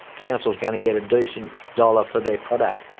council's going to get a decent dollar for their product,